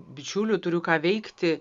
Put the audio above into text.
bičiulių turiu ką veikti